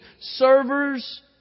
servers